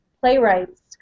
playwrights